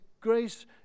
grace